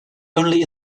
only